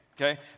okay